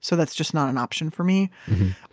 so that's just not an option for me